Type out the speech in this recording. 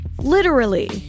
literally